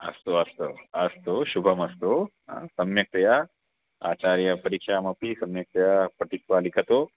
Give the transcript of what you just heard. अस्तु अस्तु अस्तु शुभमस्तु आ सम्यक्तया आचार्यपरीक्षामपि सम्यक्तया पठित्वा लिखतु